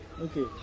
Okay